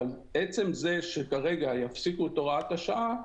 אבל ידוע מה זה יעשה אם יפסיקו את הוראת השעה.